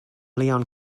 leon